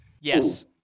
Yes